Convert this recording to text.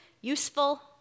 useful